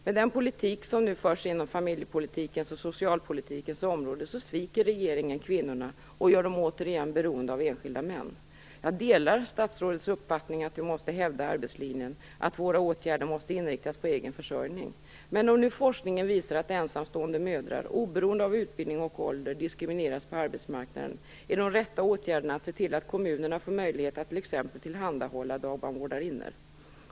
Med den politik som nu förs inom familjepolitikens och socialpolitikens områden sviker regeringen kvinnorna och gör dem återigen beroende av enskilda män. Jag delar statsrådets uppfattning att vi måste hävda arbetslinjen, att våra åtgärder måste inriktas på egen försörjning. Men om nu forskningen visar att ensamstående mödrar - oberoende av utbildning och ålder - diskrimineras på arbetsmarknaden är de rätta åtgärderna att se till att kommunerna får möjlighet att t.ex. tillhandahålla dagbarnvårdarinnor.